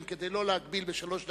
כדי שלא להגביל כל אחד מכם בשלוש דקות,